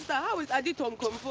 so is adetonkom?